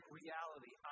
reality